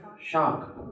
shark